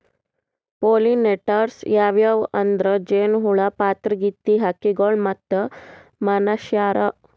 pollinators ಯಾವ್ಯಾವ್ ಅಂದ್ರ ಜೇನಹುಳ, ಪಾತರಗಿತ್ತಿ, ಹಕ್ಕಿಗೊಳ್ ಮತ್ತ್ ಮನಶ್ಯಾರ್